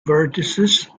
vertices